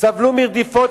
סבלו מרדיפות,